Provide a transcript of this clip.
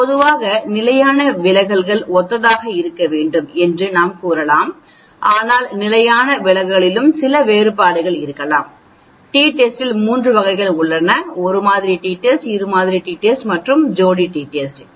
பொதுவாக நிலையான விலகல்கள் ஒத்ததாக இருக்க வேண்டும் என்று நாம் கூறலாம் ஆனால் நிலையான விலகலிலும் சில வேறுபாடுகள் இருக்கலாம் டி டெஸ்டில் 3 வகைகள் உள்ளன 1 மாதிரி டி டெஸ்ட் 2 மாதிரி டி டெஸ்ட் மற்றும் ஜோடி டி டெஸ்ட் உள்ளன